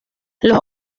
los